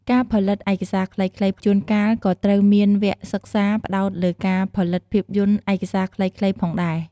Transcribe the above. ការផលិតឯកសារខ្លីៗ ជួនកាលក៏ត្រូវមានវគ្គសិក្សាផ្ដោតលើការផលិតភាពយន្តឯកសារខ្លីៗផងដែរ។